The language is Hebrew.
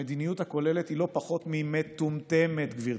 המדיניות הכוללת היא לא פחות ממטומטמת, גברתי.